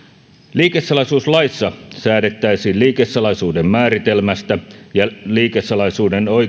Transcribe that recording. liikesalaisuuslaissa säädettäisiin liikesalaisuuden määritelmästä ja liikesalaisuuden